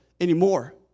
anymore